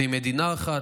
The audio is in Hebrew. ועם מדינה אחת,